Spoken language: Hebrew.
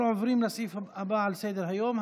אנחנו עוברים לסעיף הבא על סדר-היום,